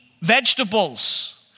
vegetables